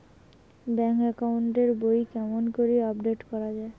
Bank account এর বই কেমন করি আপডেট করা য়ায়?